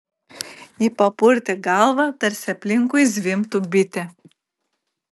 ji papurtė galvą tarsi aplinkui zvimbtų bitė